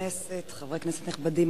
חברי כנסת נכבדים,